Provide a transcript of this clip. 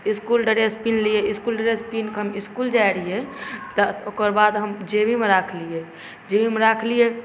इसकुल dress पिन्हलिए school dress पिन्हकऽ हम इसकुल जाइ रहिए तऽ ओकर बाद हम जेबीमे राखलिए जेबीमे राखलिए